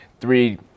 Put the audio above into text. three